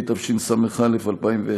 התשס"א 2001,